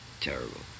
Terrible